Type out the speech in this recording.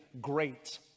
great